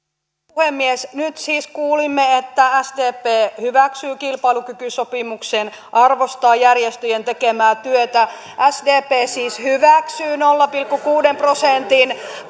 puhemies nyt siis kuulimme että sdp hyväksyy kilpailukykysopimuksen arvostaa järjestöjen tekemää työtä sdp siis hyväksyy nolla pilkku kuuden prosentin